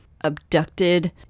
abducted